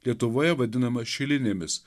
lietuvoje vadinama šilinėmis